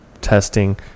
testing